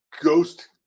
Ghost